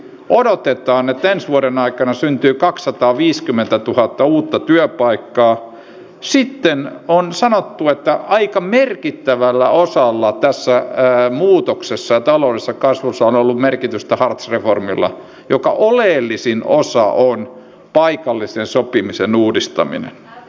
totean että ensi vuoden aikana syntyy kakssataaviiskymmentätuhatta uutta esimerkiksi ruotsin puolustusministeri totesi vastikään että suomi on ainoa maa jonka kanssa vallitsee yhteisymmärrys siitä että harjoittelemme sellaisia tilanteita varten jotka ovat myöskin rauhan tilan ulkopuolella